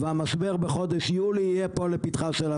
והמשבר בחודש יולי יהיה פה לפתחה של הוועדה.